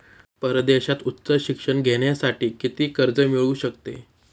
परदेशात उच्च शिक्षण घेण्यासाठी किती कर्ज मिळू शकते?